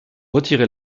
retirer